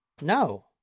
no